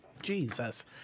Jesus